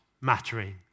mattering